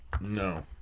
No